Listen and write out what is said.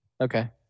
okay